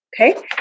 Okay